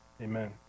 Amen